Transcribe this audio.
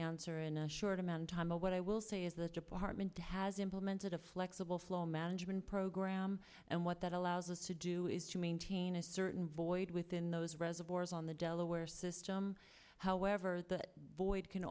answer in a short amount of time but what i will say is the department has implemented a flexible flow management program and what that allows us to do is to maintain a certain void within those reza on the delaware system however the void can